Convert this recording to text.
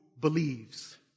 believes